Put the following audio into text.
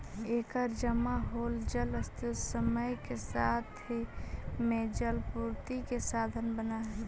एकर जमा होल जलस्रोत समय के साथ में जलापूर्ति के साधन बनऽ हई